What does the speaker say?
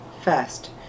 first